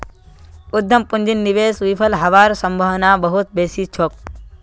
उद्यम पूंजीर निवेश विफल हबार सम्भावना बहुत बेसी छोक